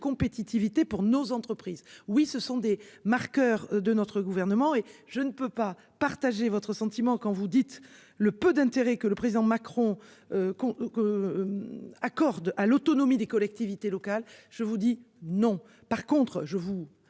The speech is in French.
compétitivité pour nos entreprises. Oui ce sont des marqueurs de notre gouvernement et je ne peux pas partager votre sentiment quand vous dites le peu d'intérêt que le président Macron. Qu'on. Accorde à l'autonomie des collectivités locales. Je vous dis non, par contre je vous.